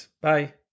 Bye